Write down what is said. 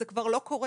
זה כבר לא קורה.